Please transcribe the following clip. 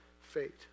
fate